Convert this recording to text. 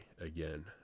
again